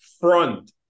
front